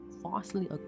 falsely